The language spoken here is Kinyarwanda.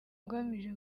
ngamije